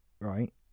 right